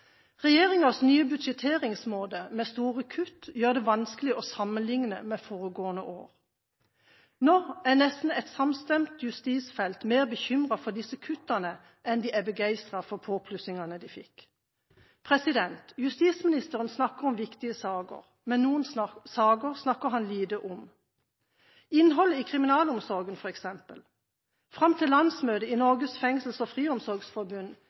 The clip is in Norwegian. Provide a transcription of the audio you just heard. Regjeringas nye budsjetteringsmåte med store kutt gjør det vanskelig å sammenligne med foregående år. Nå er nesten et samstemt justisfelt mer bekymret for disse kuttene enn de er begeistret for påplussinga de fikk. Justisministeren snakker om viktige saker, men noen saker snakker han lite om, som f.eks. innholdet i kriminalomsorgen. Fram til landsmøtet i Norges Fengsels- og Friomsorgsforbund